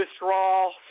withdrawal